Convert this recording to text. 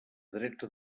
drets